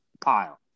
pile